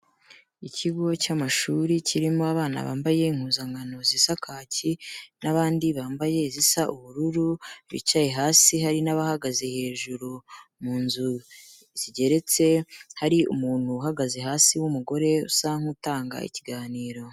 Ikigo cy'amashuri kirimo abana bambaye impuzankano zisa kaki n'abandi bambaye izisa ubururu, bicaye hasi hari n'abahagaze hejuru mu nzu zigeretse, hari umuntu uhagaze hasi w'umugore, usa nk'utanga ikiganiro.